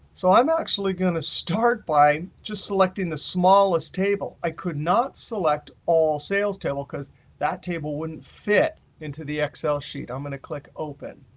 so i'm actually going to start by just selecting the smallest table. i could not select all sales table because that table wouldn't fit into the excel sheet. i'm going to click open.